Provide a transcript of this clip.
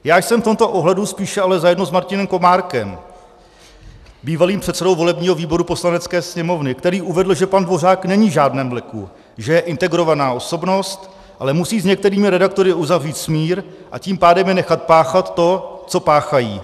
Já jsem v tomto ohledu spíše ale zajedno s Martinem Komárkem, bývalým předsedou volebního výboru Poslanecké sněmovny, který uvedl, že pan Dvořák není v žádném vleku, že je integrovaná osobnost, ale musí s některými redaktory uzavřít smír, a tím pádem je nechat páchat to, co páchají.